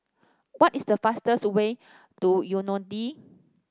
what is the fastest way to Yaounde